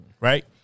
right